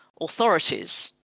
authorities